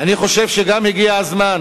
אני חושב שהגיע הזמן